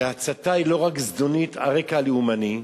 שהצתה היא לא רק זדונית על רקע לאומני,